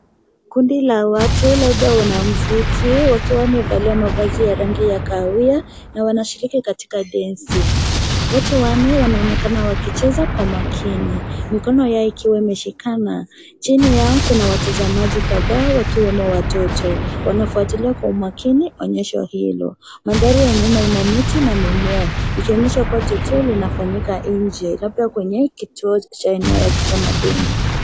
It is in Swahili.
Kundi la watu labda wanamuziki wakiwa wamevalia mavazi ya rangi ya kahawia, na wanashiriki katika densi. Watu wanne wanaonekana wakicheza kwa makini. Mikono yao ikiwa imeshikana. Chini yao kuna watazamaji kadhaa wakiwemo watoto. Wanafuatilia kwa umakini, onyesho hilo. Mandhari ya nyuma ina miti na mimea, ikionyesha kuwa tukio linafanyika nje labda kwenye kituo cha eneo ya kitamaduni.